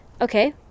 Okay